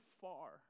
far